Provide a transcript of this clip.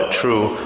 true